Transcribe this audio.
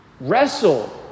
Wrestle